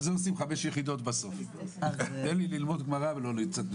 אז אנחנו נשמח, כדי שנוכל לאשר גם את הדברים, בטח